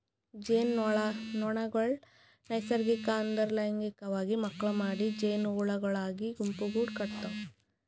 ಜೇನುನೊಣಗೊಳ್ ನೈಸರ್ಗಿಕ ಅಂದುರ್ ಲೈಂಗಿಕವಾಗಿ ಮಕ್ಕುಳ್ ಮಾಡಿ ಜೇನುಹುಳಗೊಳಾಗಿ ಗುಂಪುಗೂಡ್ ಕಟತಾವ್